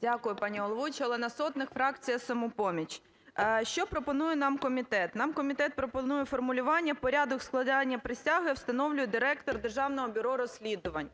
Дякую, пані головуюча. Олена Сотник, фракція "Самопоміч". Що пропонує нам комітет? Нам комітет пропонує формулювання, порядок складання присяги встановлює директор Державного бюро розслідувань